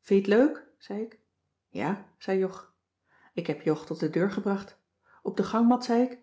vin je t leuk zei ik ja zei jog ik heb jog tot de deur gebracht op de gangmat zei ik